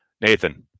Nathan